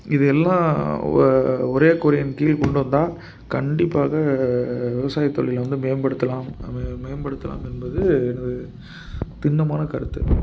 இது எல்லாம் ஒ ஒரே கீழ் கொண்டு வந்து தான் கண்டிப்பாக விவசாயத் தொழில வந்து மேம்படுத்தலாம் மே மே மேம்படுத்தலாம் என்பது எனது திட்டமான கருத்து